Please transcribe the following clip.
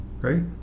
right